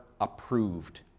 approved